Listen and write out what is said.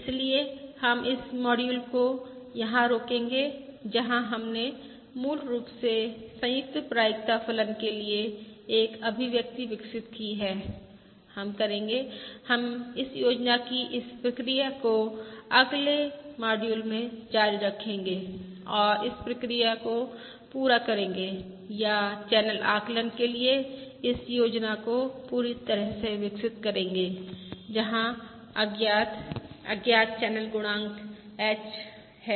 इसलिए हम इस मॉड्यूल को यहां रोकेंगे जहां हमने मूल रूप से संयुक्त प्रायिकता फलन के लिए एक अभिव्यक्ति विकसित की है हम करेंगे हम इस पद्धति की इस प्रक्रिया को अगले मॉड्यूल में जारी रखेंगे और इस प्रक्रिया को पूरा करेंगे या चैनल आकलन के लिए इस पद्धति को पूरी तरह से विकसित करेंगे जहां अज्ञात चैनल गुणांक h है